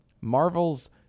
Marvel's